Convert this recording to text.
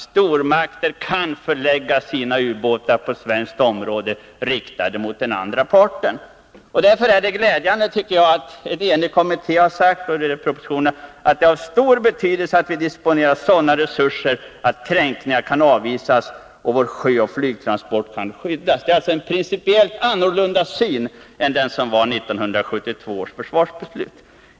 Stormakter kan förlägga sina ubåtar på svenskt område, riktade mot den andra parten. Det är glädjande att man i en enig försvarskommitté och även i propositionen har sagt att det är av stor betydelse att vi disponerar över sådana resurser att kränkningar kan avvisas och vår sjöoch flygtransport kan skyddas. Det är alltså en principiellt annorlunda syn än den som redovisades i 1972 års försvarsbeslut.